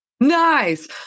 nice